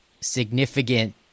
significant